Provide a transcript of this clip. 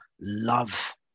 love